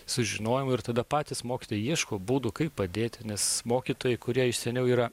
sužinojau ir tada patys mokytojai ieško būdų kaip padėti nes mokytojai kurie iš seniau yra